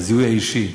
של הזיהוי האישי,